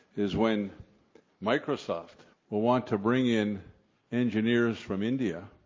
is when microsoft will want to bring in engineers from india,